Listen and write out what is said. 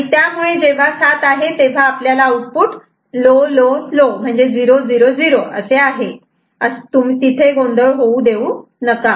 आणि त्यामुळे जेव्हा 7 आहे तेव्हा हे L L L असे आहे तिथे गोंधळ होऊ देऊ नका